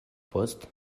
post